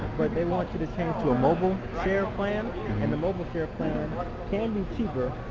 but they want you to change to a mobil share plan and the mobil share plan can be cheaper.